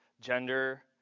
gender